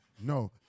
No